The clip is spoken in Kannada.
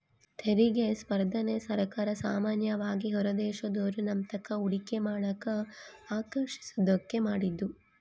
ತೆರಿಗೆ ಸ್ಪರ್ಧೆನ ಸರ್ಕಾರ ಸಾಮಾನ್ಯವಾಗಿ ಹೊರದೇಶದೋರು ನಮ್ತಾಕ ಹೂಡಿಕೆ ಮಾಡಕ ಆಕರ್ಷಿಸೋದ್ಕ ಮಾಡಿದ್ದು